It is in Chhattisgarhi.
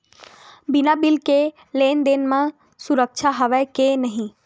बिना बिल के लेन देन म सुरक्षा हवय के नहीं?